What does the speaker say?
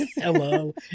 Hello